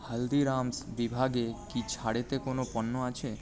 হালদিরামস বিভাগে কি ছাড়েতে কোনো পণ্য আছে